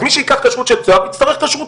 אז מי שייקח כשרות של צהר יצטרך כשרות